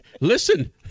listen